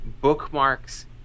bookmarks